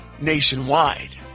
nationwide